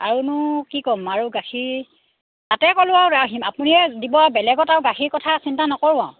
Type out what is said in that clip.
আৰুনো কি ক'ম আৰু গাখীৰ তাতে ক'লোঁ আৰু আপুনিয়ে দিব বেলেগত আৰু গাখীৰ কথা চিন্তা নকৰোঁ আৰু